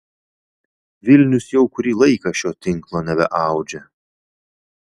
vilnius jau kurį laiką šio tinklo nebeaudžia